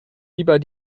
lieber